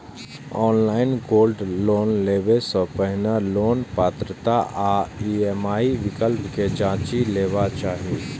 online gold loan लेबय सं पहिने लोनक पात्रता आ ई.एम.आई विकल्प कें जांचि लेबाक चाही